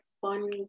Fun